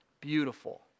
beautiful